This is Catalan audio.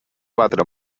batre